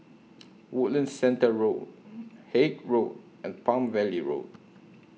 Woodlands Centre Road Haig Road and Palm Valley Road